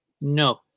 No